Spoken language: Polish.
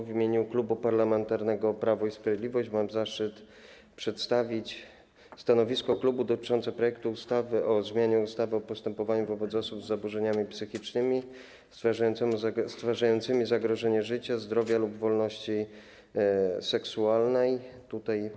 W imieniu Klubu Parlamentarnego Prawo i Sprawiedliwość mam zaszczyt przedstawić stanowisko klubu dotyczące projektu ustawy o zmianie ustawy o postępowaniu wobec osób z zaburzeniami psychicznymi stwarzających zagrożenie życia, zdrowia lub wolności seksualnej innych osób.